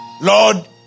Lord